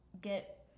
get